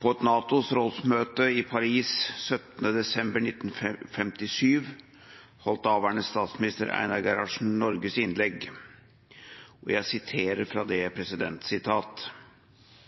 På et NATO-rådsmøte i Paris 17. desember 1957 holdt daværende statsminister, Einar Gerhardsen, Norges innlegg, og jeg siterer fra det: